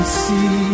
see